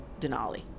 Denali